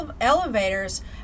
Elevators